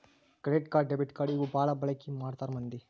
credit card debit card ಇವು ಬಾಳ ಬಳಿಕಿ ಮಾಡ್ತಾರ ಮಂದಿ